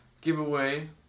giveaway